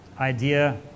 idea